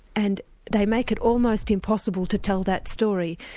and they make it almost impossible to tell that story.